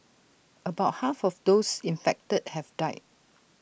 about half of those infected have died